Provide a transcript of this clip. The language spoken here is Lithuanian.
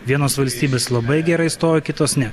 vienos valstybės labai gerai stovi kitos ne